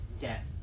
death